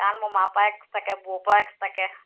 কাৰণ মামাৰ পৰা এক্সট্ৰাকে বৌ পৰা এক্সট্ৰাকে